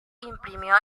imprimió